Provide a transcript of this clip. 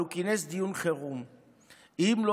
אבל הוא כינס דיון חירום.